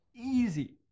easy